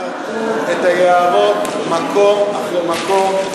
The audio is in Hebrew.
הם כרתו את היערות מקום אחרי מקום,